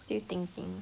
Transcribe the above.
still thinking